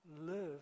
live